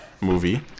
movie